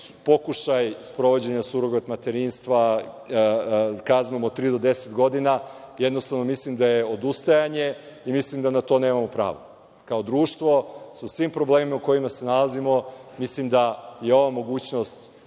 pokušaj sprovođenja surogat materinstva kaznom od tri do deset godina, jednostavno, mislim da je odustajanje i mislim da na to nemamo pravo kao društvo sa svim problemima u kojima se nalazimo. Mislim da je ova mogućnost